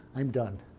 i'm done.